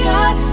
God